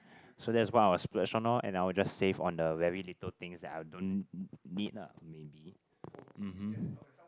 so that's what I will splurge on lor and I will just save on the very little things that I don't need lah maybe um hmm